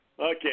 Okay